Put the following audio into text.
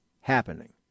happening